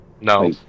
No